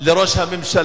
אל ראש הממשלה.